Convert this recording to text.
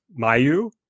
Mayu